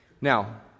Now